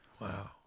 Wow